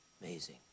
Amazing